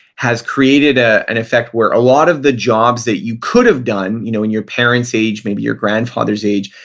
has created ah an effect where a lot of the jobs that you could have done you know in your parents' age, maybe your grandfather's age,